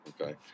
Okay